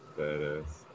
badass